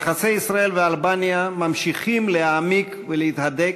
יחסי ישראל ואלבניה ממשיכים להעמיק ולהתהדק,